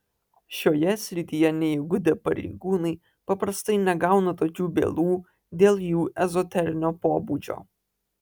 šioje srityje neįgudę pareigūnai paprastai negauna tokių bylų dėl jų ezoterinio pobūdžio